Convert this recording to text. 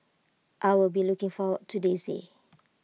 I will be looking forward to this day